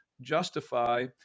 justify